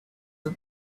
the